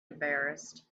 embarrassed